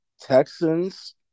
texans